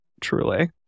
truly